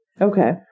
Okay